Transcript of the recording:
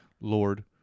Lord